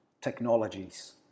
technologies